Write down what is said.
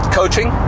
coaching